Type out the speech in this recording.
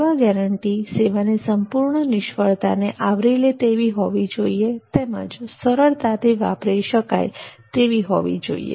સેવા ગેરંટી સેવાની સંપૂર્ણ નિષ્ફળતાને આવરી લે તેવી હોવી જોઈએ તેમજ સરળતાથી વાપરી શકાય તેવી હોવી જોઈએ